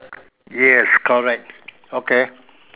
yes correct okay